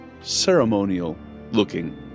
ceremonial-looking